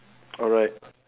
alright